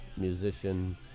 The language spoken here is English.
musician